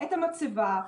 את המצבה,